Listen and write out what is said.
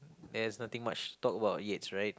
there is nothing much talk about Yates right